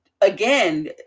again